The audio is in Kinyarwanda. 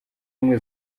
ubumwe